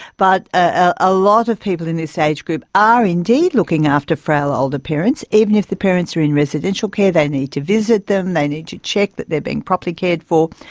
but a lot of people in this age group are indeed looking after frail older parents. even if the parents are in residential care, they need to visit them, they need to check that they are being properly cared for,